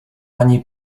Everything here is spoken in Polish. ani